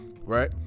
right